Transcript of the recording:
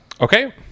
Okay